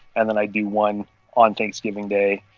and then i do one on thanksgiving day.